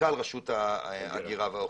מנכ"ל ראשות ההגירה והאוכלוסין.